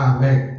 Amen